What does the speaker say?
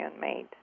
made